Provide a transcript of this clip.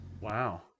Wow